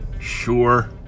Sure